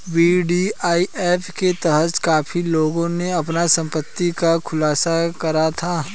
VDIS के तहत काफी लोगों ने अपनी संपत्ति का खुलासा करा था